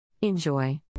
Enjoy